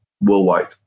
worldwide